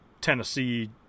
Tennessee